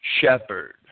Shepherd